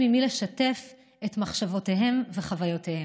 עם מי לשתף את מחשבותיהם וחוויותיהם.